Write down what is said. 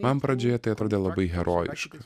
man pradžioje tai atrodė labai herojiška